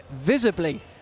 visibly